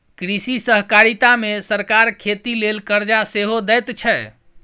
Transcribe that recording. कृषि सहकारिता मे सरकार खेती लेल करजा सेहो दैत छै